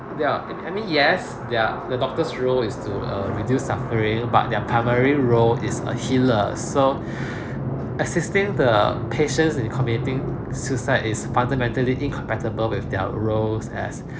they are I mean I mean yes their the doctor's role is to err reduce suffering but their primary role is a healer so assisting the patients in committing suicide is fundamentally incompatible with their roles as